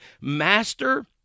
Master